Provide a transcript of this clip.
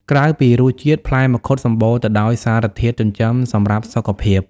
ក្រៅពីរសជាតិ ផ្លែមង្ឃុតសម្បូរទៅដោយសារធាតុចិញ្ចឹមសម្រាប់សុខភាព។